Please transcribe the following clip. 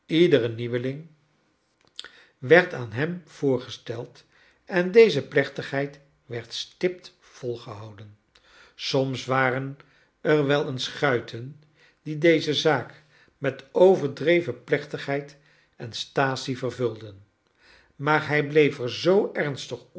ledere nieuweling werd aan hem voorgesteld en deze plechtigheid werd stipt volgehouden soms waren er wel eens guiten die deze taak met overdreven plechtigheid en staatsie vervulden maar hij bleef er zoo ernstig